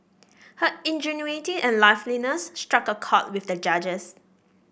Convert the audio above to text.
her ingenuity and liveliness struck a chord with the judges